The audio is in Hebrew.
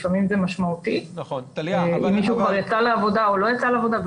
לפעמים זה משמעותי אם מישהו כבר יצא לעבודה או לא יצא לעבודה,